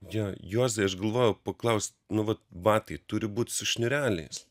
jo juozai aš galvojau paklaust nu vat batai turi būt su šniūreliais